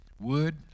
wood